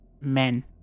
men